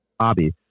hobby